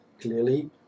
clearly